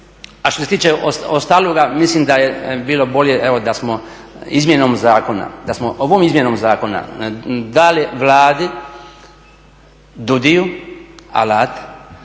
A što se tiče ostaloga, mislim da je bilo bolje da smo izmjenom zakona, da smo ovom